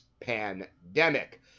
pandemic